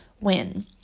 win